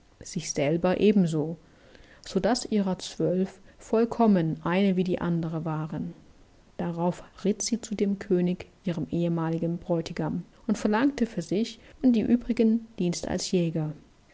sich selber eben so so daß ihrer zwölf vollkommen eine wie die andere waren darauf ritt sie zu dem könig ihrem ehemaligen bräutigam und verlangte für sich und die übrigen dienst als jäger